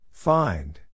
Find